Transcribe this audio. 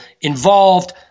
involved